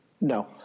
no